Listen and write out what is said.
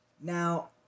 now